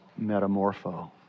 metamorpho